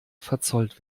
verzollt